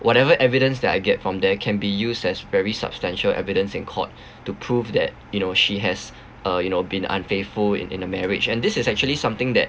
whatever evidence that I get from there can be used as very substantial evidence in court to prove that you know she has uh you know been unfaithful in in the marriage and this is actually something that